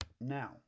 Now